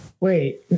Wait